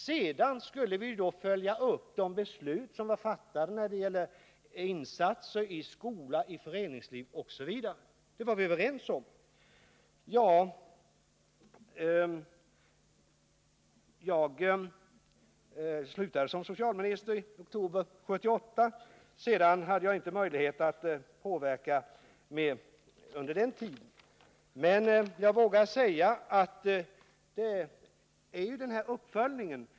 Sedan skulle vi då följa upp de beslut som var fattade när det gällde insatser i skola, föreningsliv osv. Det var vi överens om. Jag slutade som socialminister i oktober 1978, och sedan har jag inte haft någon möjlighet att påverka.